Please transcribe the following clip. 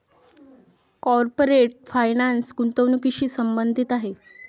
corporate finance गुंतवणुकीशी संबंधित आहे